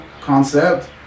concept